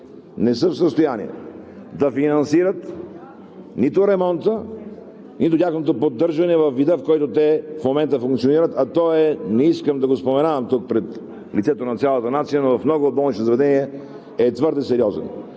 не са в състояние да финансират нито ремонта, нито тяхното поддържане във вида, в който те в момента функционират, а той е, не искам да го споменавам пред лицето на цялата нация, но в много от болничните заведения е твърде сериозен.